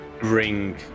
bring